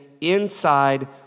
inside